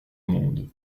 monde